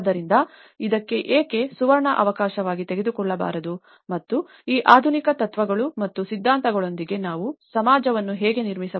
ಆದ್ದರಿಂದ ಇದನ್ನು ಏಕೆ ಸುವರ್ಣ ಅವಕಾಶವಾಗಿ ತೆಗೆದುಕೊಳ್ಳಬಾರದು ಮತ್ತು ಈ ಆಧುನಿಕ ತತ್ವಗಳು ಮತ್ತು ಸಿದ್ಧಾಂತಗಳೊಂದಿಗೆ ನಾವು ಸಮಾಜವನ್ನು ಹೇಗೆ ನಿರ್ಮಿಸಬಹುದು